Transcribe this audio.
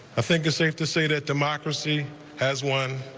ah think it's safe to say that democracy has won,